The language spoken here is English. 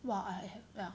!wah! I have yeah